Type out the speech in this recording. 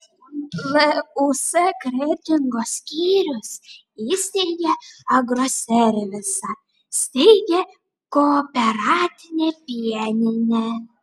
lūs kretingos skyrius įsteigė agroservisą steigia kooperatinę pieninę